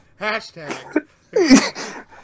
hashtag